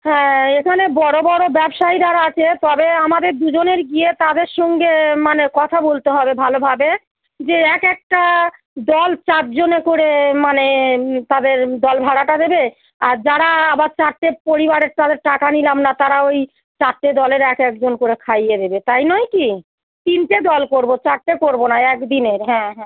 হ্যাঁ এখানে বড়ো বড়ো ব্যবসায়ী যারা আছে তবে আমাদের দুজনের গিয়ে তাদের সঙ্গে এ মানে কথা বলতে হবে ভালোভাবে যে এক একটা দল চারজনে করে মানে তাদের দল ভাড়াটা দেবে আর যারা আবার চারটে পরিবারের তাদের টাকা নিলাম না তারা ওই চারটে দলের এক একজন করে খাইয়ে দেবে তাই নয় কি তিনটে দল করবো চারটে করবো না এক দিনের হ্যাঁ হ্যাঁ